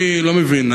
אני לא מבין,